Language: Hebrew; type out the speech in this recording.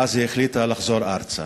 ואז היא החליטה לחזור ארצה.